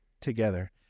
together